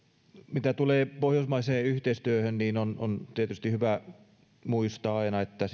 mitä tulee pohjoismaiseen yhteistyöhön niin on on tietysti hyvä muistaa aina että